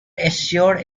assured